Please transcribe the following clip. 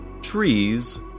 trees